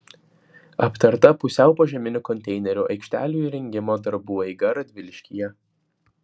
aptarta pusiau požeminių konteinerių aikštelių įrengimo darbų eiga radviliškyje